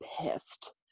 pissed